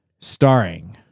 Starring